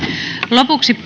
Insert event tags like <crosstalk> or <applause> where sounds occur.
lopuksi <unintelligible>